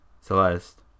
Celeste